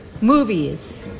Movies